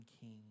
king